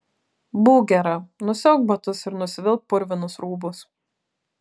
būk gera nusiauk batus ir nusivilk purvinus rūbus